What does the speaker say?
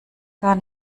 gar